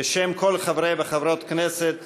בשם כל חברי וחברות הכנסת